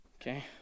Okay